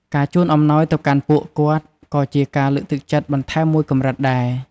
ការជូនអំណោយទៅកាន់ពួកគាត់ ក៏ជាការលើកទឹកចិត្តបន្ថែមមួយកម្រិតដែរ។